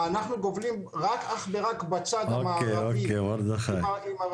אנחנו גובלים אך ורק בצד המערבי עם הרשות.